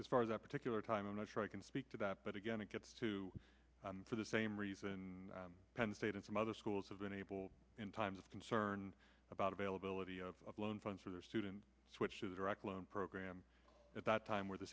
as far as a particular time i'm not sure i can speak to that but again it gets to for the same reason penn state and some other schools have been able in times of concern about availability of loan funds for their students which is the direct loan program at that time where the